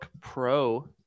Pro